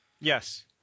Yes